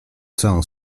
całą